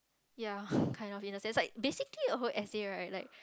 ya kind of in a sense like basically in a whole essay right like